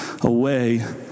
away